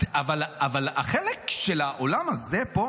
אבל החלק של האולם הזה פה,